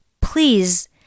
Please